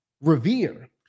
revere